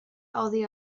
oddi